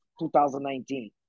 2019